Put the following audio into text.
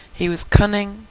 he was cunning,